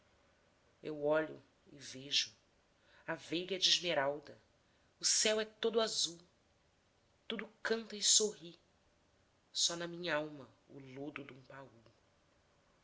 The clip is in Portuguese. eu olho e vejo a veiga é de esmeralda o céu é todo azul tudo canta e sorri só na minhalma o lodo dum paul